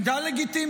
בסדר, עמדה לגיטימית.